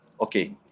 okay